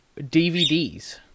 DVDs